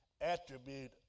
attribute